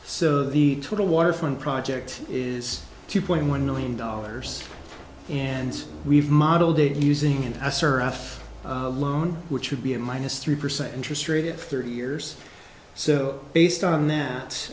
so the total waterfront project is two point one million dollars and we've modeled it using and i surf loan which should be at minus three percent interest rate it thirty years so based on that